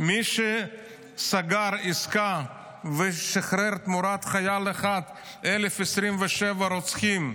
מי שסגר עסקה ושחרר תמורת חייל אחד 1,027 רוצחים,